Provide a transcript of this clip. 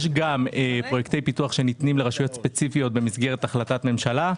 יש גם פרויקטי פיתוח שניתנים לרשויות ספציפיות במסגרת החלטת ממשלה.